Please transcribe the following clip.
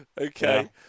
Okay